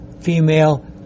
female